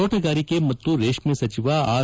ತೋಣಗಾರಿಕೆ ಮತ್ತು ರೇಷ್ಮೆ ಸಚಿವ ಆರ್